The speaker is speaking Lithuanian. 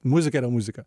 muzika yra muzika